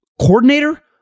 coordinator